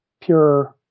pure